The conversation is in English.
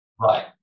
Right